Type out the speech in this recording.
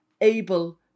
able